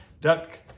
duck